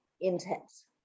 intense